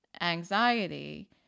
anxiety